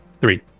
Three